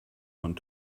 von